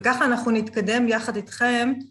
ככה אנחנו נתקדם יחד איתכם.